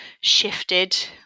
shifted